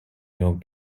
york